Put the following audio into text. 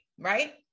right